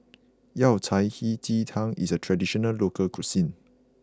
Yao Cai Hei Ji Tang is a traditional local cuisine